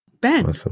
Ben